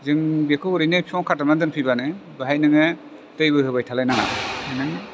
जों बेखौ ओरैनो बिफाङआव खाथाबना दोनफैबानो बेहाय नोङो दैबो होबाय थालाय नाङा